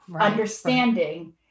understanding